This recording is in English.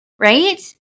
right